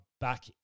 back